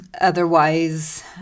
Otherwise